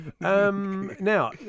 Now